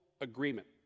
agreement